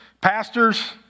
pastors